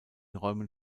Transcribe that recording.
räumen